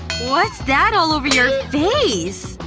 what's that all over your face?